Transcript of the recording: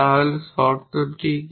তাহলে শর্ত কি